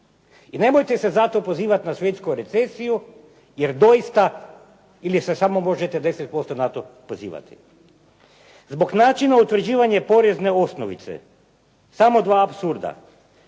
I nemojte se zato pozivati na svjetsku recesiju jer doista ili se samo možete 10% na to pozivati. Zbog načina utvrđivanja porezne osnovice samo dva apsurda.